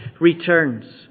returns